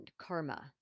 karma